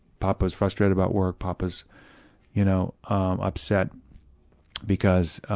poppa's frustrated about work. poppa's you know um upset because